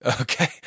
Okay